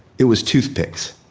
it was toothpicks.